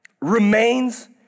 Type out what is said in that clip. remains